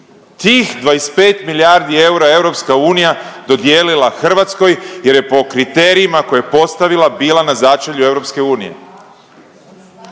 Tih 25 milijardi eura je EU dodijelila Hrvatskoj jer je po kriterijima koje je postavila bila na začelju EU.